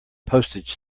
postage